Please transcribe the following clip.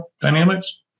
dynamics